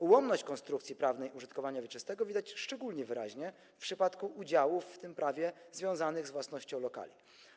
Ułomność konstrukcji prawnej użytkowania wieczystego widać szczególnie wyraźnie w przypadku udziałów w tym prawie związanych z własnością lokali.